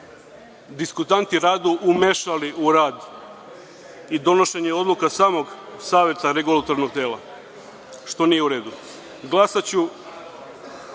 diskutanti rado umešali u rad i donošenje odluka samog Saveta Regulatornog tela, što nije u